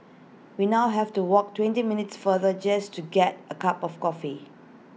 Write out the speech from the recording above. we now have to walk twenty minutes farther just to get A cup of coffee